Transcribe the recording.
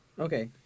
Okay